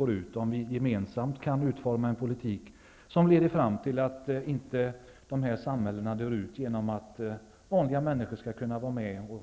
Skulle vi gemensamt kunna utforma en politik, som leder fram till att dessa samhällen inte dör ut, att människor skall kunna